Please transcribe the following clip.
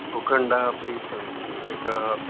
भूखण्डाः अपि सन्ति एकः